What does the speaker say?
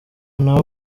nabo